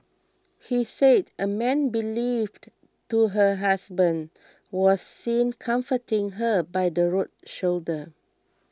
he said a man believed to her husband was seen comforting her by the road shoulder